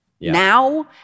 now